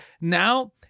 now